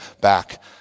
back